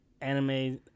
anime